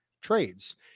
trades